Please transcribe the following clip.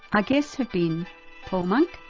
our guests have been paul monk,